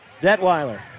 Detweiler